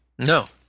No